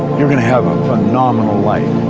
you're going to have a phenomenal life.